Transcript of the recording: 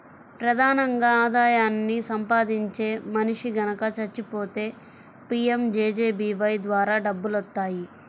ప్రధానంగా ఆదాయాన్ని సంపాదించే మనిషి గనక చచ్చిపోతే పీయంజేజేబీవై ద్వారా డబ్బులొత్తాయి